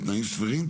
בתנאים סבירים,